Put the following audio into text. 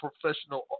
professional